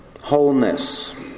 wholeness